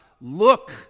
look